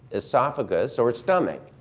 esophagus, or stomach.